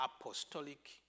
Apostolic